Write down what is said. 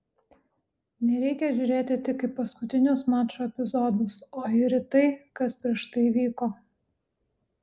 nereikia žiūrėti tik į paskutinius mačo epizodus o ir į tai kas prieš tai vyko